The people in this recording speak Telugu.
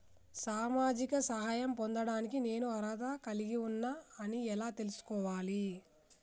సామాజిక సహాయం పొందడానికి నేను అర్హత కలిగి ఉన్న అని ఎలా తెలుసుకోవాలి?